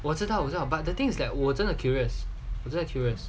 我知道我知道 but the thing is that 我真的 curious 我真的 curious